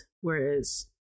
whereas